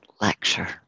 lecture